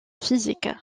physique